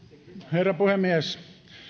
herra puhemies